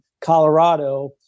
Colorado